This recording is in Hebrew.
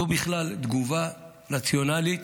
זאת בכלל תגובה רציונלית